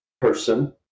person